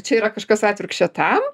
čia yra kažkas atvirkščia tam